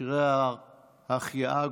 מכשירי ההחייאה.